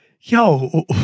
yo